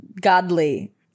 godly